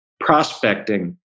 prospecting